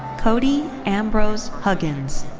cody ambrose huggins.